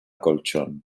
colchón